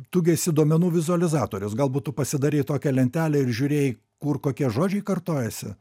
tu gi esi duomenų vizualizatorius galbūt tu pasidarei tokią lentelę ir žiūrėjai kur kokie žodžiai kartojasi